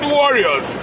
warriors